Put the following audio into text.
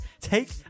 take